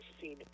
seen